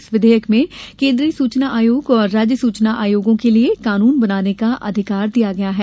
इस विधेयक में केन्द्रीय सूचना आयोग और राज्य सूचना आयोगों के लिये कानून बनाने का अधिकार दिया गया है